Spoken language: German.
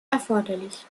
erforderlich